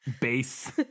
Base